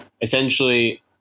essentially